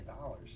dollars